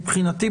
מבחינתי,